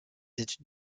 études